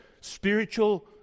spiritual